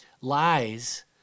lies